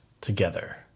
Together